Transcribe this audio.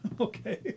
Okay